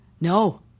No